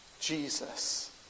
Jesus